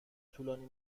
طولانی